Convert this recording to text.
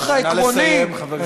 נא לסיים, חבר הכנסת חנין.